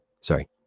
Sorry